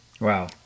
Wow